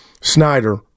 Snyder